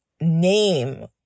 name